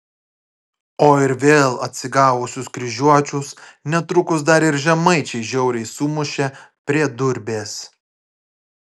o ir vėl atsigavusius kryžiuočius netrukus dar ir žemaičiai žiauriai sumušė prie durbės